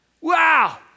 Wow